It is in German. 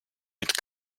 mit